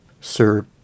Sir